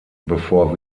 bevor